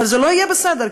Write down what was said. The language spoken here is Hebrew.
אבל לא יהיה בסדר,